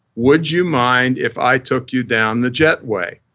would you mind if i took you down the jet way?